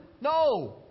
No